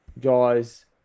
guys